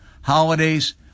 holidays